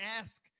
ask